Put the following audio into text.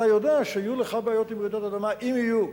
אתה יודע שיהיו לך בעיות עם רעידות אדמה, אם יהיו.